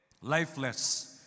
lifeless